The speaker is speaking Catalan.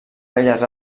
belles